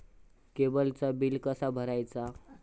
केबलचा बिल कसा भरायचा?